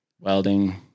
welding